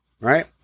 right